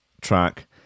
track